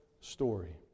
story